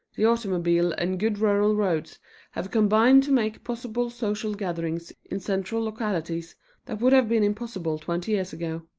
the automobile and good rural roads have combined to make possible social gatherings in central localities that would have been impossible twenty years ago.